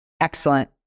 Excellent